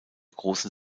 großen